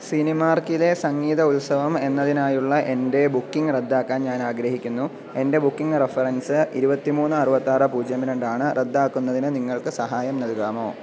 സിനിമാർക്കിലെ സംഗീത ഉത്സവം എന്നതിനായുള്ള എൻ്റെ ബുക്കിംഗ് റദ്ദാക്കാൻ ഞാൻ ആഗ്രഹിക്കുന്നു എൻ്റെ ബുക്കിംഗ് റഫറൻസ് ഇരുപത്തിമൂന്ന് അറുപത്താറ് പൂജ്യം രണ്ടാണ് റദ്ദാക്കുന്നതിന് നിങ്ങൾക്ക് സഹായം നൽകാമോ